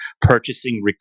purchasing